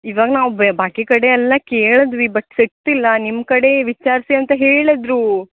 ಇವಾಗ ನಾವು ಬಾಕಿ ಕಡೆ ಎಲ್ಲ ಕೇಳಿದ್ವಿ ಬಟ್ ಸಿಗ್ತಿಲ್ಲ ನಿಮ್ಮ ಕಡೆ ವಿಚಾರಿಸಿ ಅಂತ ಹೇಳಿದ್ರು